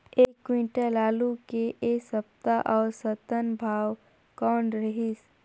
एक क्विंटल आलू के ऐ सप्ता औसतन भाव कौन रहिस?